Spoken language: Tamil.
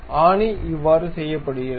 ஆணி இவ்வாறு செய்யப்படுகிறது